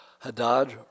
Hadad